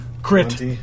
crit